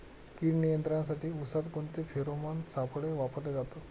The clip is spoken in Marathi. कीड नियंत्रणासाठी उसात कोणते फेरोमोन सापळे वापरले जातात?